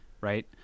Right